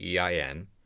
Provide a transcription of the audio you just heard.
EIN